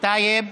טייב,